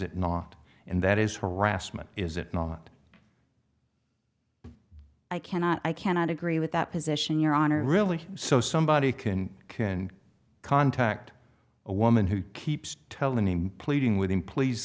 it not and that is harassment is it not i cannot i cannot agree with that position your honor really so somebody can can contact a woman who keeps telling named pleading with him please